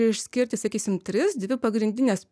išskirti sakysim tris dvi pagrindines